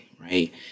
Right